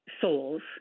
souls